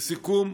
לסיכום,